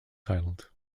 titled